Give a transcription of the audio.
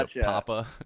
Papa